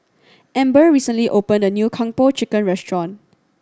Amber recently opened a new Kung Po Chicken restaurant